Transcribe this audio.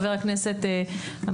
חבר הכנסת,